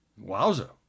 Wowza